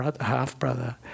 half-brother